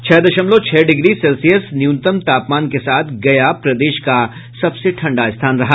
छह दशमलव छह डिग्री सेल्सियस न्यूनतम तापमान के साथ गया प्रदेश का सबसे ठंडा स्थान रहा